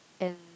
and